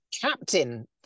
captain